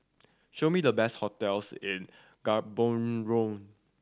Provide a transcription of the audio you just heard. show me the best hotels in Gaborone